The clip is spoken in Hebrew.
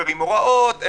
שמפרה הוראות,